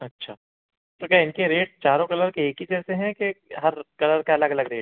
अच्छा तो क्या इनके रेट चारों कलर के एक ही जैसे हैं कि हर कलर का अलग अलग रेट है